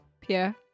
Pierre